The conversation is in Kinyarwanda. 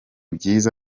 byiza